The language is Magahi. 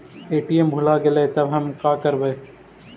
ए.टी.एम भुला गेलय तब हम काकरवय?